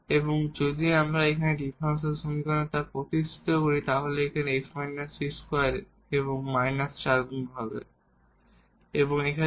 এবং যদি আমরা এখন এই ডিফারেনশিয়াল সমীকরণে তা প্রতিস্থাপিত করি তাহলে এই 2 এবং মাইনাস চার গুণ হবে